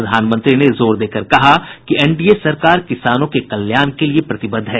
प्रधानमंत्री ने जोर देकर कहा कि एनडीए सरकार किसानों के कल्याण के लिए प्रतिबद्ध है